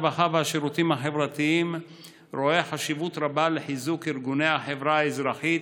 הרווחה והשירותים החברתיים רואה חשיבות רבה בחיזוק ארגוני החברה האזרחית